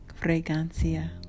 Fragancia